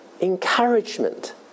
encouragement